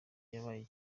yabaye